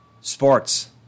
sports